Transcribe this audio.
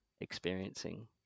experiencing